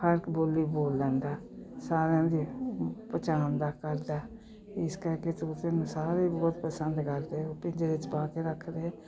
ਹਰ ਇੱਕ ਬੋਲੀ ਬੋਲ ਲੈਂਦਾ ਸਾਰਿਆਂ ਦੀ ਪਛਾਣਦਾ ਕਰਦਾ ਇਸ ਕਰਕੇ ਤੋਤੇ ਨੂੰ ਸਾਰੇ ਬਹੁਤ ਪਸੰਦ ਕਰਦੇ ਪਿੰਜਰੇ 'ਚ ਪਾ ਕੇ ਰੱਖਦੇ